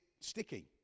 sticky